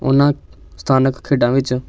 ਉਹਨਾਂ ਸਥਾਨਕ ਖੇਡਾਂ ਵਿੱਚ